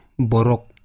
borok